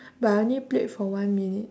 but I only played for one minute